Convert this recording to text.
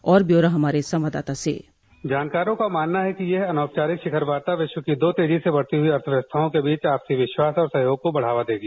और ब्यौरा हमारे संवाददाता से जानकारों का मानना है कि यह अनौपचारिक शिखर वार्ता विश्व की दो तेजी से बढ़ती अर्थव्यवस्थाओं के बीच आपसी विश्वास और सहयोग को बढ़ावा देगी